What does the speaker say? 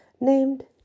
named